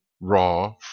raw